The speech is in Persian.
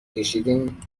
کشیدین